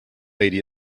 lady